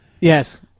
Yes